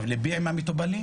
ליבי עם המטופלים